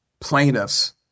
plaintiffs